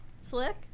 slick